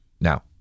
Now